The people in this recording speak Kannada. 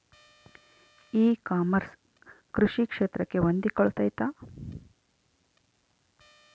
ಇ ಕಾಮರ್ಸ್ ಕೃಷಿ ಕ್ಷೇತ್ರಕ್ಕೆ ಹೊಂದಿಕೊಳ್ತೈತಾ?